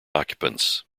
occupants